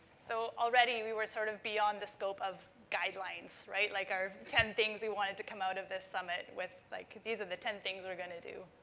so, already, we were sort of beyond the scope of guidelines, right? like, our ten things we wanted to come out of this summit with, like, these are the ten things we're going to do.